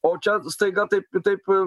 o čia staiga taip taip